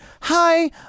Hi